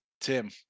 Tim